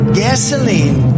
gasoline